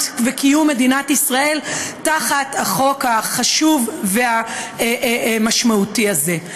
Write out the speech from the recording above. וקיום מדינת ישראל תחת החוק החשוב והמשמעותי הזה.